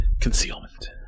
Concealment